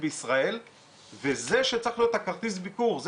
בישראל וזה צריך להיות כרטיס הביקור,